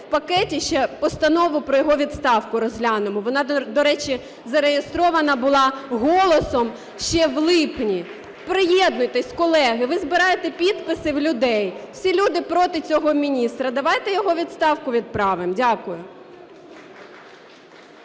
в пакеті ще постанову про його відставку розглянемо. Вона, до речі, зареєстрована була "Голосом" ще в липні. Приєднуйтесь, колеги. Ви збираєте підписи у людей. Всі люди проти цього міністра. Давайте його у відставку відправимо. Дякую.